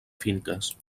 finques